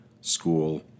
school